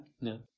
no